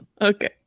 okay